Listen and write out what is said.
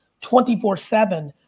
24/7